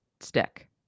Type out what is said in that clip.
stick